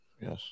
Yes